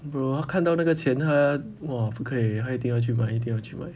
bro 他看到那个钱他 !wah! 不可以他一定要卖一定要去卖